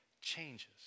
changes